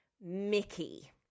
Mickey